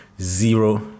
Zero